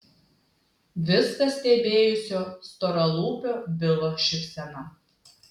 viską stebėjusio storalūpio bilo šypsena